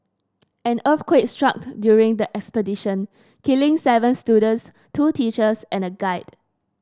an earthquake struck during the expedition killing seven students two teachers and a guide